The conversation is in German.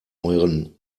euren